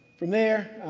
from there,